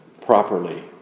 properly